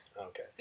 okay